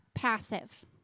passive